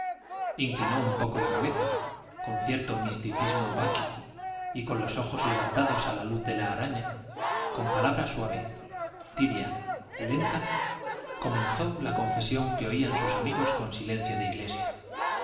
inclinó un poco la cabeza con cierto misticismo báquico y con los ojos levantados a la luz de la araña con palabra suave tibia lenta comenzó la confesión que oían sus amigos con silencio de iglesia